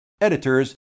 editors